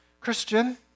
Christian